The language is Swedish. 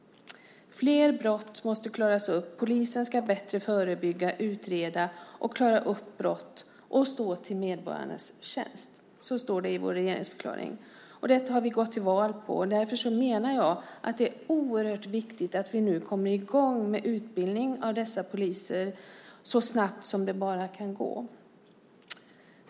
Fler brott måste klaras upp. Polisen ska bättre förebygga, utreda och klara upp brott och stå till medborgarnas tjänst." Så står det i vår regeringsförklaring. Det har vi gått till val på, och därför är det oerhört viktigt att vi nu kommer i gång med utbildning av dessa poliser så snabbt som möjligt.